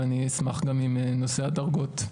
ואני פונה לנושאי הדרגות: